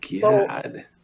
God